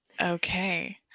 okay